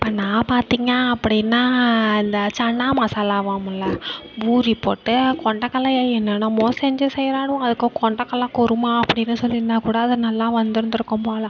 இப்போ நான் பார்த்திங்க அப்படின்னா அந்த சன்னா மசாலாவாம்மில்ல பூரி போட்டு கொண்டக்கடல்லைய என்னென்னமோ செஞ்சு செய்யுறாணுவோ அதுக்கு கொண்டகடல்ல குருமா அப்படின்னு சொல்லியிருந்தா கூட அது நல்லா வந்துருந்திருக்கும் போல்